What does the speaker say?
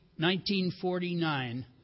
1949